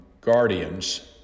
guardians